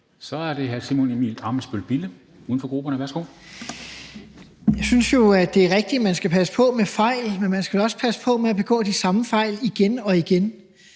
Kl. 13:47 Simon Emil Ammitzbøll-Bille (UFG): Jeg synes jo, at det er rigtigt, at man skal passe på med fejl, men man skal vel også passe på med at begå de samme fejl igen og igen.